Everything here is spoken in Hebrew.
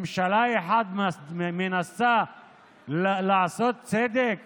ממשלה אחת מנסה לעשות צדק